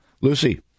Lucy